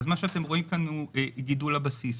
אז מה שאתם רואים כאן זה את גידול הבסיס.